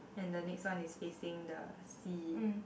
and the next one is facing the sea